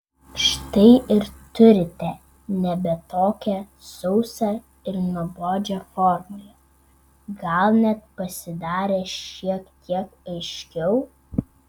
štai ir turite nebe tokią sausą ir nuobodžią formulę gal net pasidarė šiek tiek aiškiau